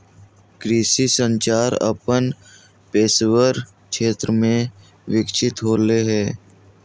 कृषि संचार अपन पेशेवर क्षेत्र में विकसित होले हें